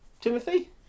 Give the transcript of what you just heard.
Timothy